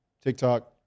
TikTok